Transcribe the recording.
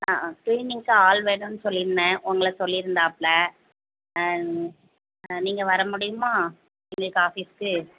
ஆ ஆ க்ளீனிங்க்கு ஆள் வேணும்னு சொல்லியிருந்தேன் உங்களை சொல்லியிருந்தாப்ல ஆ ஆ நீங்கள் வர முடியுமா இன்றைக்கு ஆஃபீஸ்க்கு